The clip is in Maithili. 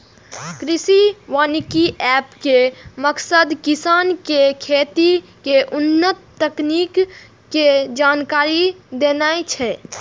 कृषि वानिकी एप के मकसद किसान कें खेती के उन्नत तकनीक के जानकारी देनाय छै